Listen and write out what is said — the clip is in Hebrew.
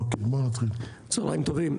צהריים טובים.